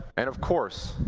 and, of course,